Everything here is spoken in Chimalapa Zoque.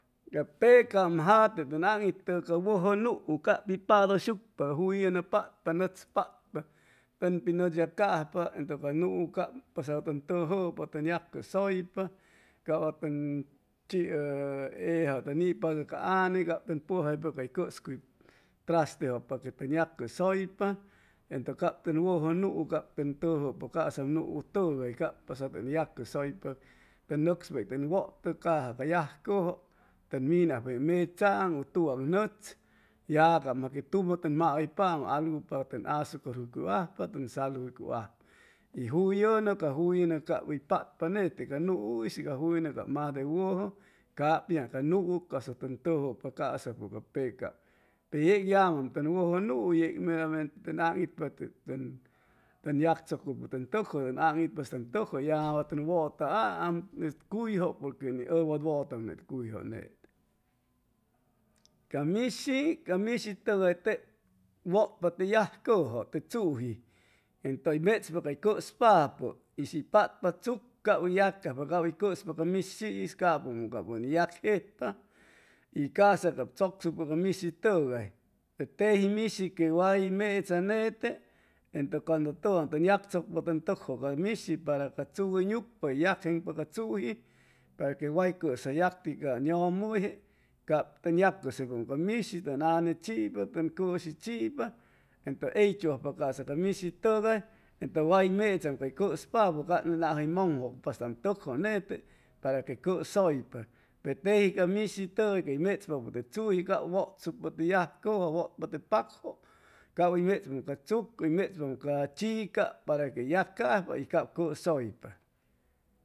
Ca pacam jate tʉn aŋitʉ ca wʉjʉ nuu cap pi padʉyshucpa juyʉnʉ patpa, nʉtz patpa tʉn pi nútz yacajpa entʉ ca nuu cap pasadu tʉn tʉjʉpa tʉn yacʉsʉypa cap wa tʉn chiʉ ellajʉ tʉn nipadʉ ca ane cap tʉn pʉjaipa cay cʉscuy trastejʉ pa que tʉn yacʉsʉypa entʉ cap tʉn wʉjʉ nuu cap tʉn tʉjʉpa casap nuutʉgay cap pasadu tʉn yacʉsʉypa te nʉgspa tʉn wʉtʉ caja ca yajcʉjʉ tʉn minajpa de mechaaŋ ʉ tugaaŋ nʉtz ya cap masque tumʉ tʉn mahʉypaam algu pa tʉn azucar juycuy ajpa tʉn sal juycuyajpa y juyʉnʉ ca juyʉnʉ cap hʉy patpa nete ca nuu ca jullʉnʉ cap majde wʉjʉ cap pitzaŋ ca nuu casapʉ tʉn tʉjʉpa casapʉ pecaam pe yec yamaam ten wʉjʉ nuu yec tep meramente tʉn aŋitpa tep ten yagchʉcʉʉ ten tʉkjʉ tʉn aŋitpaamstam tʉkjʉ ya wa tʉ wʉtaaam cuyjʉ porque ni ʉd wa watam cuyjʉ ca mishi ca mishitʉgay tep wʉtpa te yajcʉjʉ te chuji entʉ hʉy mechpa cay cʉspapʉ y shi patpa chuc cap hʉy yacajpa cap hʉy cʉspa ca mishi'is capʉmʉ cap ʉn ni yagjejpa y ca'sa cap chʉcsucpa ca mishitʉgay teji mishi que way mecha nete entʉ cuandu tʉwan tʉn yagchʉcpa ten tʉkjʉ ca mishi para ca chuc hʉy nucpa hʉy yagjeŋpa chuji para que way cʉsʉ yacti can yʉmʉyje cap tʉn yacʉsʉypaam ca mishi tʉn ane chipa tʉn cʉshi chipa entʉ heychu ajpa ca'sa ca mishitʉgay entʉ way mechaam cay cʉspapʉ naj hʉy mʉŋjʉcpaam tʉkjʉ nete para que cʉsʉypa pe teji ca mishi quey mechpapʉ te chuguis cap wʉtsucpa te yajcʉjʉ wʉtsucpa te pacjʉ cap hʉy mechpaam ca chuc hʉy mechpaam ca chica para que huy yacajpa y cap cʉsʉypa